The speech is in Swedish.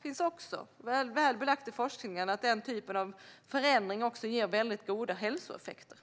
finns också väl belagt i forskningen att denna typ av förändring ger goda hälsoeffekter.